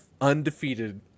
undefeated